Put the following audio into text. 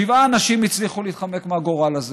שבעה אנשים הצליחו להתחמק מהגורל הזה.